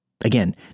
Again